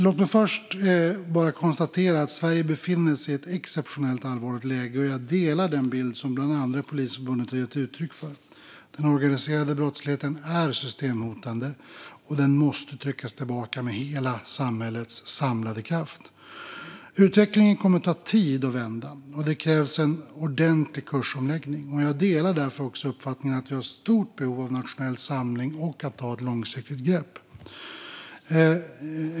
Låt mig först bara konstatera att Sverige befinner sig i ett exceptionellt allvarligt läge, och jag delar den bild som bland andra Polisförbundet har gett uttryck för. Den organiserade brottsligheten är systemhotande och måste tryckas tillbaka med hela samhällets samlade kraft. Utvecklingen kommer att ta tid att vända och det krävs en ordentlig kursomläggning. Jag delar därför också uppfattningen att vi har ett stort behov av nationell samling och att ta ett långsiktigt grepp.